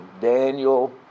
Daniel